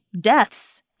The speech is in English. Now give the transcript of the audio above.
deaths